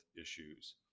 issues